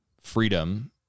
Freedom